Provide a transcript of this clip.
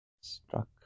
struck